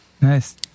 Nice